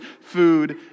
food